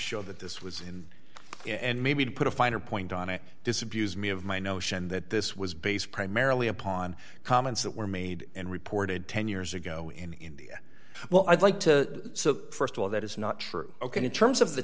show that this was in and maybe to put a finer point on it disabuse me of my notion that this was based primarily upon comments that were made and reported ten years ago in india well i'd like to so st of all that is not true ok in terms of the